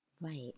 Right